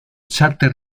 chárter